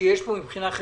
שיש כאן מבחינה חברתית.